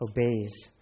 obeys